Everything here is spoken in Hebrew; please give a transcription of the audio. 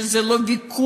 שזה לא ויכוח,